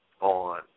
on